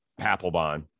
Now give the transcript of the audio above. Papelbon